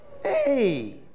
Hey